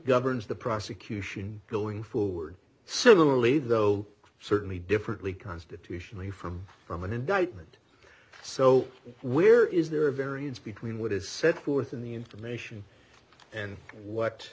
governs the prosecution going forward similarly though certainly differently constitutionally from from an indictment so where is there a variance between what is set forth in the information and